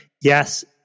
yes